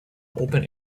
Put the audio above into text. open